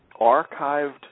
archived